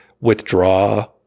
withdraw